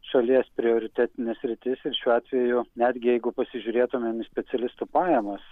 šalies prioritetinė sritis ir šiuo atveju netgi jeigu pasižiūrėtumėm į specialistų pajamas